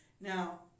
now